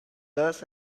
dust